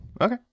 Okay